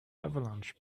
avalanche